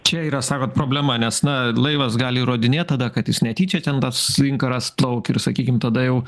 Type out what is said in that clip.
čia yra sakot problema nes na laivas gali įrodinėt tada kad jis netyčia ten tas inkaras plauk ir sakykim tada jau